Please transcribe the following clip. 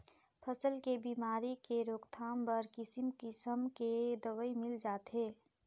फसल के बेमारी के रोकथाम बर किसिम किसम के दवई मिल जाथे